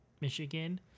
Michigan